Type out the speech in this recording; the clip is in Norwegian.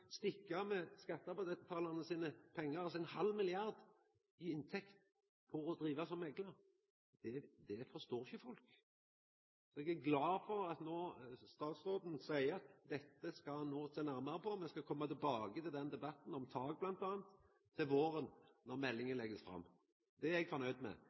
sine pengar. At nokon får ein halv milliard kroner i inntekt for å driva som meklar, det forstår ikkje folk. Så eg er glad for at statsråden no seier at dette skal han sjå nærmare på. Me skal koma tilbake til debatten om tak bl.a. til våren, når meldinga blir lagd fram. Det er eg fornøgd med,